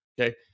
Okay